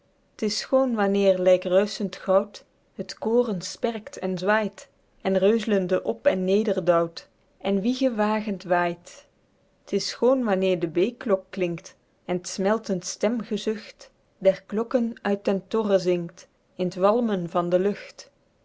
t is schoon wanneer lyk ruischend goud het kooren sperkt en zwaeit en reuzlende op en neder douwt en wiegewagend waeit t is schoon wanneer de beèklok klinkt en t smeltend stemgezucht der klokken uit den torre zingt in t walmen van de lucht